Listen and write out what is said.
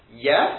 yes